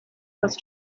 was